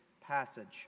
passage